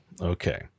Okay